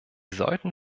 sollten